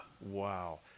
Wow